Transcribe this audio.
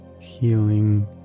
healing